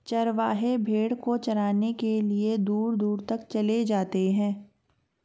चरवाहे भेड़ को चराने के लिए दूर दूर तक चले जाते हैं